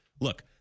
look